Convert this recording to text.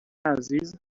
عزیز